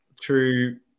true